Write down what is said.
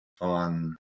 on